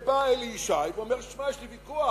בא אלי ישי ואומר: תשמע, יש לי ויכוח.